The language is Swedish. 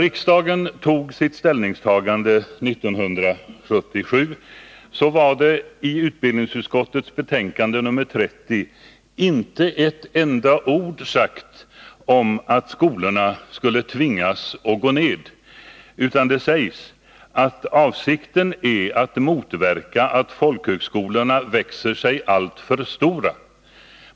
Riksdagen gjorde sitt ställningstagande 1977, men i utbildningsutskottets betänkande 30 nämndes inte med ett enda ord att skolorna skulle tvingas att trappa ned verksamheten. Det sägs att avsikten är att motverka att folkhögskolorna växer sig alltför stora.